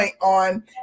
on